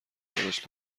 خودش